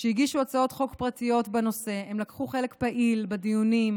שהגישו הצעות חוק פרטיות בנושא ולקחו חלק פעיל בדיונים,